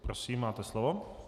Prosím, máte slovo.